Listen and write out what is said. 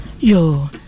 Yo